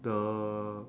the